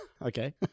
Okay